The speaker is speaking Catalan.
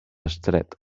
estret